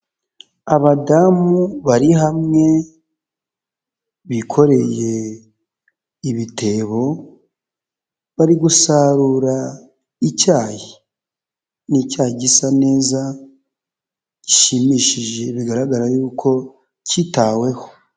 Abadamu bari hamwe bikoreye ibitebo, bari gusarura icyayi. Ni icyayi gisa neza gishimishije bigaragara y'uko kitaweho.